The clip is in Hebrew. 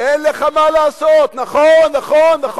אין לך מה לעשות, נכון, נכון.